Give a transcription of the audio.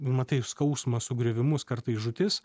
nu matai skausmą sugriovimus kartais žūtis